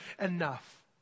enough